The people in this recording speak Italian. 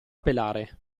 pelare